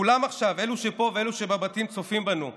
כולם, אלה שפה עכשיו ואלה שצופים בנו בבתים,